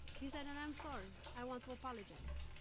he said, and i'm sorry. i want to apologize.